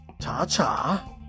Ta-ta